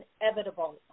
inevitable